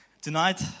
tonight